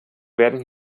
werden